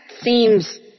seems